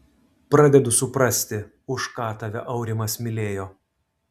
pradedu suprasti už ką tave aurimas mylėjo